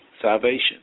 Salvation